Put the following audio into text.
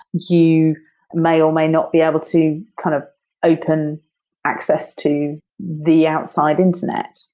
you may or may not be able to kind of open access to the outside internet.